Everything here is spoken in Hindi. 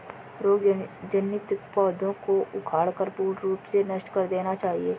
रोग जनित पौधों को उखाड़कर पूर्ण रूप से नष्ट कर देना चाहिये